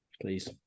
please